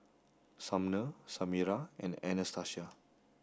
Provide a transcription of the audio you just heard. Sumner Samira and Anastacia